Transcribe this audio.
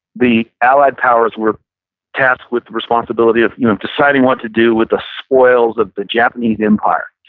the allied powers were tasked with the responsibility of you know of deciding what to do with the spoils of the japanese empire.